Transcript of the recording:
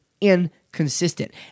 inconsistent